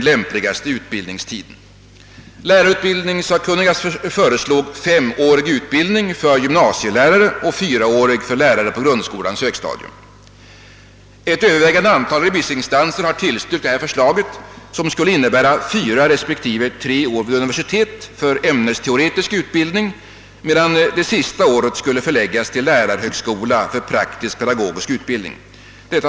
Lärarutbildningssakkunniga föreslog femårig utbildning för gymnasielärare och fyraårig för lärare på grundskolans hög stadium. Ett övervägande antal remissinstanser har tillstyrkt detta förslag, som skulle innebära fyra, respektive tre år på universitet för ämnesteoretisk utbildning, medan det sista året skulle förläggas till lärarhögskola för praktisk pedagogisk utbildning.